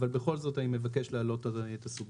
אבל בכל זאת אני מבקש להעלות את הסוגיה.